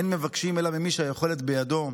אין מבקשים אלא ממי שהיכולת בידו,